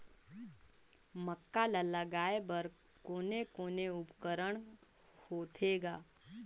मक्का ला लगाय बर कोने कोने उपकरण होथे ग?